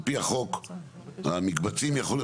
על פי החוק המקבצים יכול,